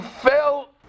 fell